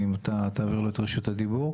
אם אתה תעביר לו את רשות הדיבור.